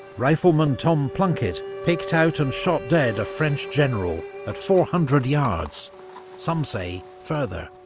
rifleman tom plunkett picked out and shot dead a french general at four hundred yards some say further.